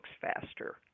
faster